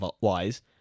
wise